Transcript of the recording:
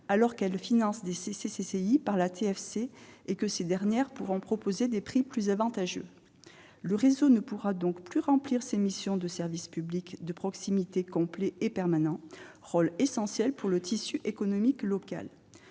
alors qu'elles financent ces CCI par la TFC et que ces dernières pourront proposer des prix plus avantageux. Le réseau ne pourra donc plus remplir ses missions de service public de proximité complet et permanent, rôle essentiel pour le tissu économique local.